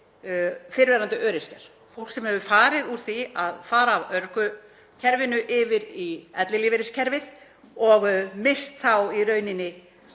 fyrrverandi öryrkjar, fólk sem hefur farið úr því að fara úr örorkukerfinu yfir í ellilífeyriskerfið og misst þá í rauninni